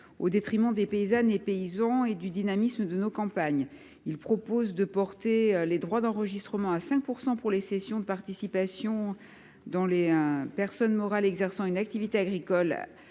au détriment des paysannes et paysans et du dynamisme de nos campagnes. Nous proposons de porter les droits d’enregistrement à 5 % pour les cessions de participation dans des personnes morales exerçant une activité agricole,